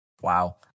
Wow